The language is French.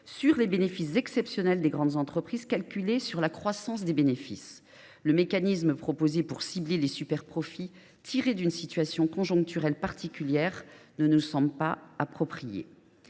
sur les bénéfices exceptionnels des grandes entreprises, calculée sur la croissance des bénéfices. Le mécanisme proposé pour cibler les superprofits tirés d’une situation conjoncturelle particulière ne nous semble pas approprié.